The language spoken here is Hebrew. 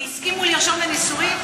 והסכימו לרשום לנישואין?